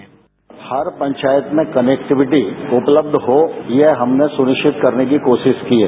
bite हर पंचायत में connectivity उपलब्ध हो यह हमने सुनिश्चित करने की कोशिश की है